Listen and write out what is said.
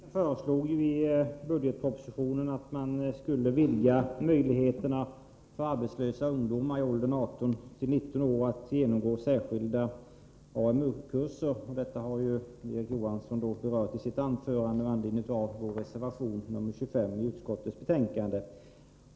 Fru talman! Arbetsmarknadsministern föreslår i budgetpropositionen en utvidgning av möjligheterna för arbetslösa ungdomar i åldern 18-19 år att genomgå särskilda AMU-kurser, och detta har Erik Johansson berört i sitt anförande med anledning av vår reservation nr 25 i utskottets betänkande.